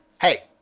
Hey